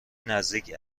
نزدیک